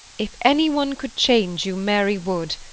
if anyone could change you, mary would,